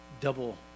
double